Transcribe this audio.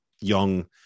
young